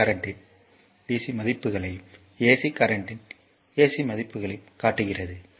C கரண்ட்யின் மதிப்புகளையும் AC கரண்ட்யின் மதிப்புகளையும் காட்டுகிறது